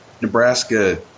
Nebraska